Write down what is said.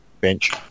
Bench